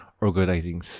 organizing